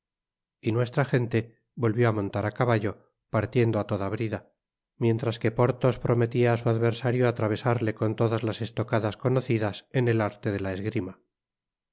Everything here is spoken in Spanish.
y nuestra gente volvió á montar á caballo partiendo á toda brida mientras que porthos prometía á su adversario atravesarle con todas las estocadas conocidas en el arte de la esgrima